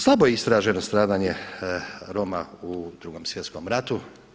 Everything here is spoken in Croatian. Slabo je istraženo stradanje Roma u Drugom svjetskom ratu.